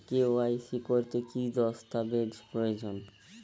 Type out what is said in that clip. KYC করতে কি দস্তাবেজ প্রয়োজন?